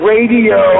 Radio